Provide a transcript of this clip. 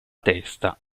testa